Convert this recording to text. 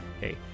hey